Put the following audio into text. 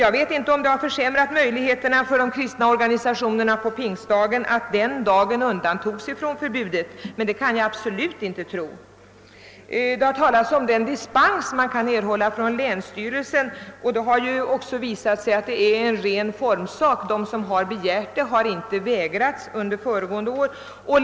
Jag vet inte om det har försämrat möjligheterna för de kristna organisationerna att pingstdagen undantogs från förbudet, men det kan jag absolut inte tro. Det har talats om den dispens man kan erhålla från länsstyrelsen, och det har visat sig att denna dispens är en formsak. De som har begärt dispens har inte vägrats sådan under föregående år.